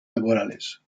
laborales